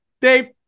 Dave